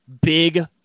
big